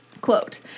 quote